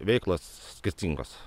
veiklos skirtingos